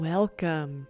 Welcome